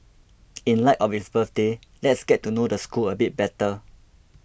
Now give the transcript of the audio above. in light of its birthday let's get to know the school a bit better